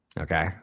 okay